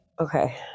Okay